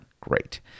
Great